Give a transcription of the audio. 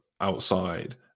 outside